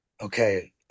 okay